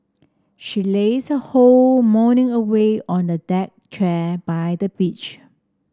she lazed her whole morning away on a deck chair by the beach